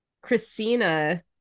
Christina